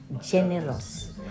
generous